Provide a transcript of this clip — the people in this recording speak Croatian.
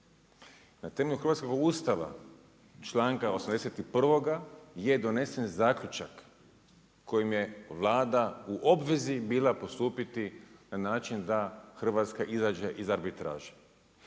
Na temelju hrvatskog Ustava, članka 81. je donesen zaključak kojim je Vlada u obvezi bila postupiti na način da Hrvatska izađe iz arbitraže.